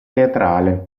teatrale